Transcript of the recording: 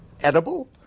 edible